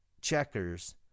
checkers